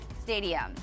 Stadium